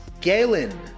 Galen